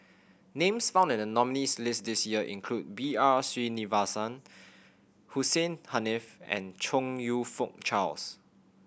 names found in the nominees' list this year include B R Sreenivasan Hussein Haniff and Chong You Fook Charles